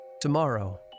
Tomorrow